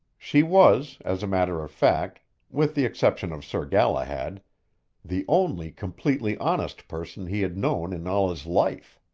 she was, as a matter of fact with the exception of sir galahad the only completely honest person he had known in all his life.